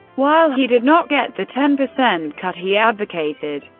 while he did not get the ten percent cut he advocated,